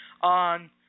on